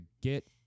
get